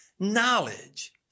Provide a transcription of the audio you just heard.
knowledge